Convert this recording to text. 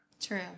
true